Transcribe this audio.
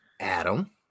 Adam